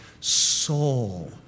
soul